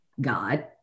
God